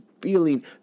feeling